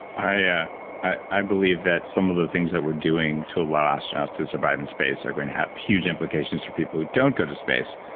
i yeah i believe that some of the things that we're doing to allow astronauts to survive in space are going to have huge implications for people who don't go to space.